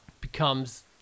becomes